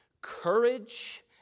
courage